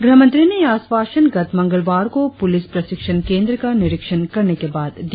गृहमंत्री ने यह आश्वासन गत मंगलवार को प्रलिस प्रशिक्षण केंद्र का निरीक्षण करने के बाद दिया